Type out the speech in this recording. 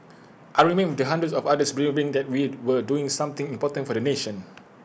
I remained with hundreds of others believing that we were doing something important for the nation